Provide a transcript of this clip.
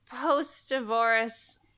post-divorce